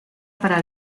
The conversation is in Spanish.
para